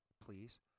Please